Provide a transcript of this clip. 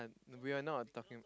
we are not on talking